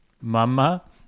Mama